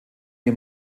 wie